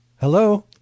Hello